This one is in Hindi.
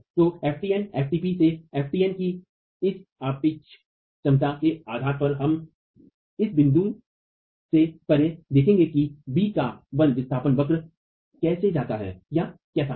तो ftn ftp से ftn की इस सापेक्ष क्षमता के आधार पर हम इस बिंदु से परे देखेंगे कि b का बल विस्थापन वक्र कैसे जाता है या केसा होगा